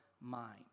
mind